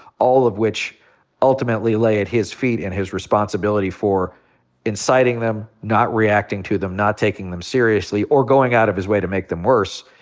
all of which ultimately lay at his feet and his responsibility for inciting them, not reacting to them, not taking them seriously, or going out of his way to make them worse,